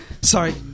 Sorry